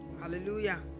Hallelujah